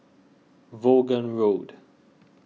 Vaughan Road